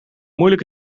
moeilijk